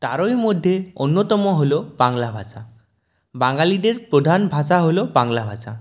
তারই মধ্যে অন্যতম হল বাংলা ভাষা বাঙালিদের প্রধান ভাষা হল বাংলা ভাষা